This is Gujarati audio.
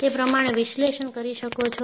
તે પ્રમાણે વિશ્લેષણ કરી શકો છો